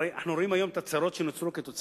כשהגיעה העלייה הגדולה,